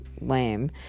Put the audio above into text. lame